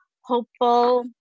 hopeful